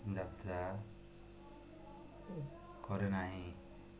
ଯାତ୍ରା କରେ ନାହିଁ